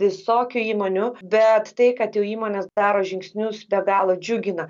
visokių įmonių bet tai kad jau įmonės daro žingsnius be galo džiugina